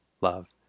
love